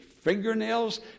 fingernails